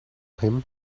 him